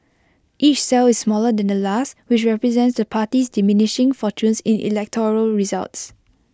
each cell is smaller than the last which represents the party's diminishing fortunes in electoral results